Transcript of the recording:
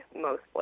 mostly